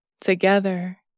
Together